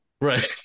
Right